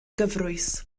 gyfrwys